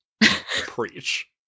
preach